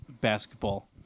basketball